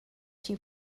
she